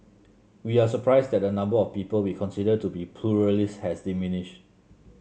we are surprised that the number of people we consider to be pluralists has diminished